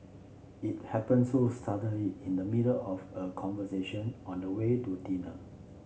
it happened so suddenly in the middle of a conversation on the way to dinner